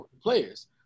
players